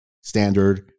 standard